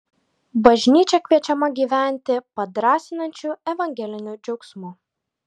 bažnyčia kviečiama gyventi padrąsinančiu evangeliniu džiaugsmu